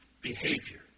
behavior